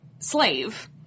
slave